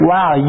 Wow